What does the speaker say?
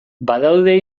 badaude